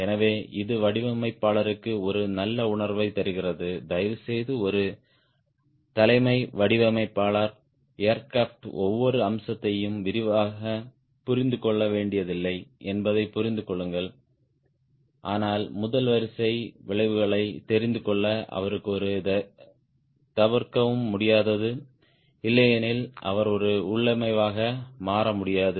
எனவே இது வடிவமைப்பாளருக்கு ஒரு நல்ல உணர்வைத் தருகிறது தயவுசெய்து ஒரு தலைமை வடிவமைப்பாளர் ஏர்கிராப்ட் ஒவ்வொரு அம்சத்தையும் விரிவாகப் புரிந்து கொள்ள வேண்டியதில்லை என்பதைப் புரிந்து கொள்ளுங்கள் ஆனால் முதல் வரிசை விளைவுகளைத் தெரிந்துகொள்ள அவருக்கு ஒரு தவிர்க்கவும் முடியாது இல்லையெனில் அவர் ஒரு உள்ளமைவாக மாற முடியாது